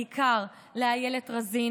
בעיקר לאיילת רזין,